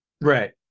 Right